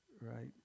right